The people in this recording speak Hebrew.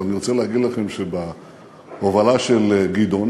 אבל אני רוצה להגיד לכם שבהובלה של גדעון